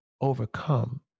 overcome